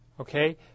okay